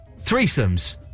Threesomes